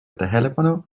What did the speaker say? tähelepanu